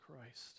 Christ